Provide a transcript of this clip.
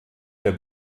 der